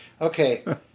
Okay